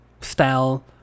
style